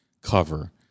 cover